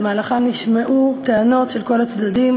שבמהלכם נשמעו טענות של כל הצדדים,